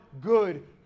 good